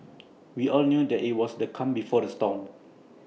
we all knew that IT was the calm before the storm